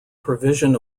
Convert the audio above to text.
provision